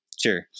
Sure